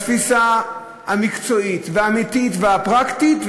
בתפיסה המקצועית והאמיתית והפרקטית,